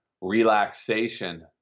relaxation